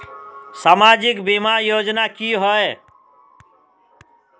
सामाजिक बीमा योजना की होय?